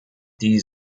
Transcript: die